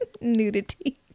Nudity